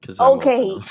Okay